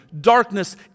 darkness